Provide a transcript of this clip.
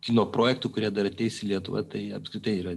kino projektų kurie dar ateis į lietuvą tai apskritai yra